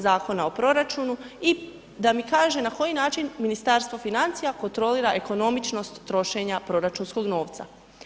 Zakona o proračunu i da mi kaže na koji način Ministarstvo financija kontrolira ekonomičnost trošenja proračunskog novca.